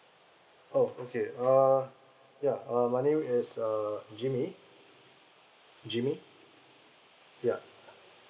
oh okay err yeah uh my name is err jimmy jimmy yeah